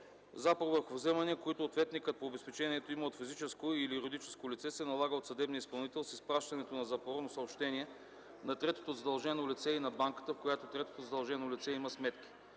Запор върху вземания, които ответникът по обезпечението има от физическо или юридическо лице, се налага от съдебния изпълнител с изпращането на запорно съобщение на третото задължено лице и на банката, в която третото задължено лице има сметки.